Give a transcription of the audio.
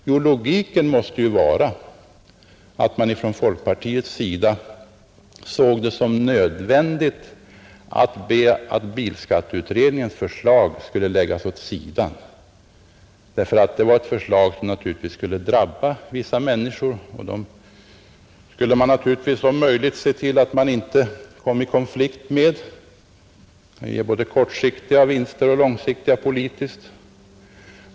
Jo, logiken måste vara att folkpartiet såg det som nödvändigt att bilskatteutredningens förslag lades åt sidan, ty det var ett förslag som naturligtvis skulle drabba vissa människor, och man ville se till att om möjligt inte komma i konflikt med dem, Det kunde ju ge både kortsiktiga och långsiktiga politiska vinster.